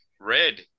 red